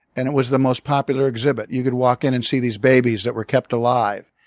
and it was the most popular exhibit. you could walk in and see these babies that were kept alive.